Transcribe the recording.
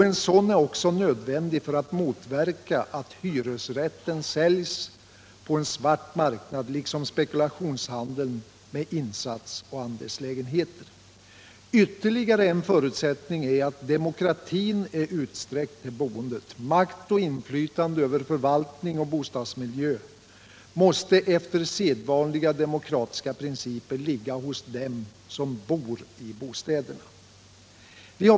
En sådan är också nödvändig för att motverka att hyresrätten säljs på en svart marknad, liksom spekulationshandeln med insatsoch andelslägenheter. Ytterligare en förutsättning är att demokratin är utsträckt till boendet. Makt och inflytande över förvaltning och bostadsmiljö måste efter sedvanliga demokratiska principer ligga hos dem som bor i bostäderna.